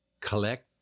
collect